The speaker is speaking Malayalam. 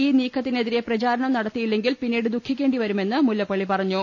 ഈ നീക്കത്തിനെതിരെ പ്രചാരണം നടത്തിയില്ലെങ്കിൽ പിന്നീട് ദുഃഖിക്കേണ്ടി വരുമെന്ന് മുല്ലപ്പള്ളി പറഞ്ഞു